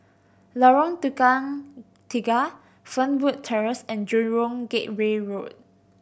Lorong Tukang Tiga Fernwood Terrace and Jurong Gateway Road